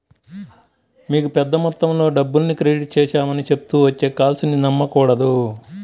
మీకు పెద్ద మొత్తంలో డబ్బుల్ని క్రెడిట్ చేశామని చెప్తూ వచ్చే కాల్స్ ని నమ్మకూడదు